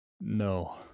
No